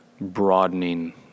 broadening